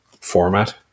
format